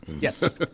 Yes